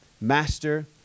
master